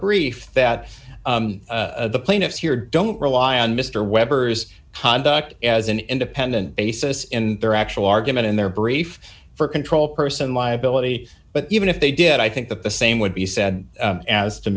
brief that the plaintiffs here don't rely on mr weber's conduct as an independent basis in their actual argument in their brief for control person liability but even if they did i think the same would be said as to